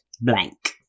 blank